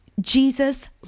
Jesus